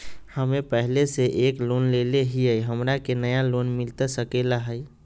हमे पहले से एक लोन लेले हियई, हमरा के नया लोन मिलता सकले हई?